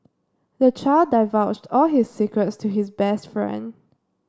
the child divulged all his secrets to his best friend